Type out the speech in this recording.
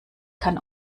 kann